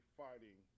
fighting